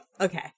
Okay